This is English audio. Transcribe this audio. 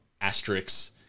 asterisks